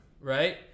right